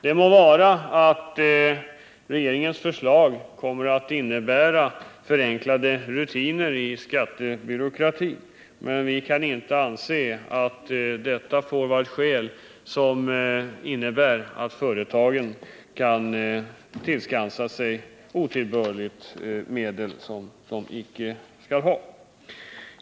Det må vara att de förslag regeringen lägger fram kommer att medföra förenklade rutiner i skattebyråkratin, men vi kan inte anse detta vara ett skäl för att låta företagen otillbörligt tillskansa sig medel som icke är deras.